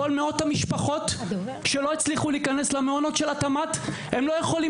מאות המשפחות שלא הצליחו להיכנס למעונות של התמ"ת לא יכולות